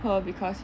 her because